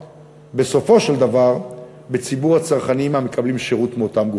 בסופו של דבר בציבור הצרכנים המקבלים שירות מאותם גופים.